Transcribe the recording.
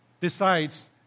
decides